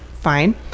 fine